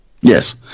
yes